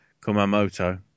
Kumamoto